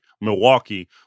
Milwaukee